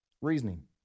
Reasoning